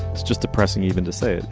it's just depressing even to say it.